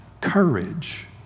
courage